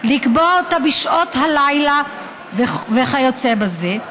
לקבוע אותה בשעות הלילה וכיוצא באלה,